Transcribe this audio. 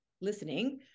listening